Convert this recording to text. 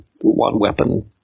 one-weapon